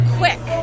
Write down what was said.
quick